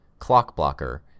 Clockblocker